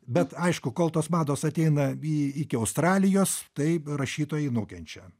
bet aišku kol tos mados ateina į iki australijos tai rašytojai nukenčia